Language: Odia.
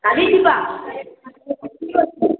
କାଲି ଯିବା ଠିକ୍ ଅଛି